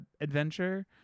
adventure